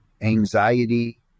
anxiety